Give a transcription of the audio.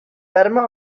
fatima